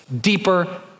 deeper